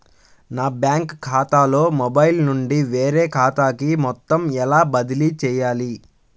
నా బ్యాంక్ ఖాతాలో మొబైల్ నుండి వేరే ఖాతాకి మొత్తం ఎలా బదిలీ చేయాలి?